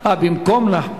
זה במקום, אה, במקום נחמן.